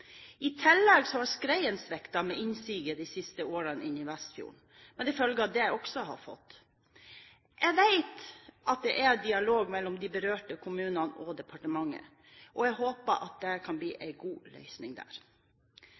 inn i Vestfjorden sviktet de siste årene, med de følger det også har fått. Jeg vet det er dialog mellom de berørte kommunene og departementet, og jeg håper at det kan bli en god løsning der.